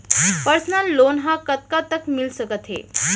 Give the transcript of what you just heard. Personal loan ह कतका तक मिलिस सकथे?